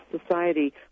society